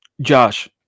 Josh